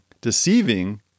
deceiving